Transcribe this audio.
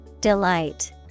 Delight